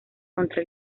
contra